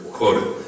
quoted